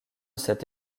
cet